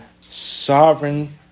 sovereign